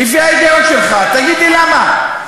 לפי ההיגיון שלך, תגיד לי למה.